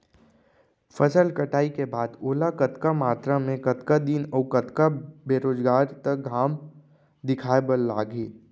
फसल कटाई के बाद ओला कतका मात्रा मे, कतका दिन अऊ कतका बेरोजगार तक घाम दिखाए बर लागही?